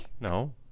No